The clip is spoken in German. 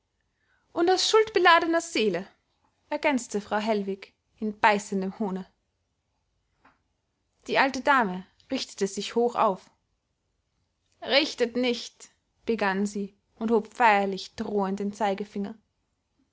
und aus schuldbeladener seele ergänzte frau hellwig in beißendem hohne die alte dame richtete sich hoch auf richtet nicht begann sie und hob feierlich drohend den zeigefinger